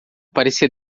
parecia